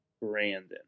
Brandon